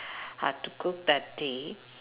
had to cook that day